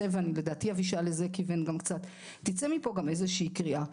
לדעתי אבישי כיוון גם לזה קצת: תצא מפה גם איזושהי קריאה.